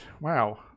wow